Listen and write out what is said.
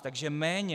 Takže méně.